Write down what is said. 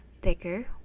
thicker